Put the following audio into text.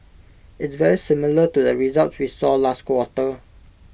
it's very similar to the results we saw last quarter